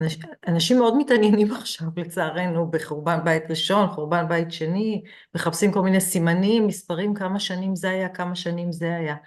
אנשים מאוד מתעניינים עכשיו לצערנו בחורבן בית ראשון, חורבן בית שני, מחפשים כל מיני סימנים, מספרים כמה שנים זה היה, כמה שנים זה היה.